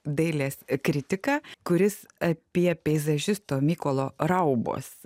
dailės kritiką kuris apie peizažisto mykolo raubos